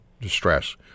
distress